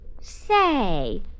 Say